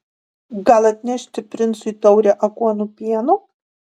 gal atnešti princui taurę aguonų pieno